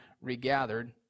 regathered